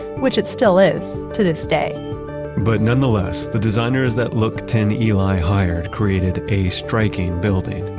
which it still is to this day but nonetheless, the designers that look tin eli hired, created a striking building.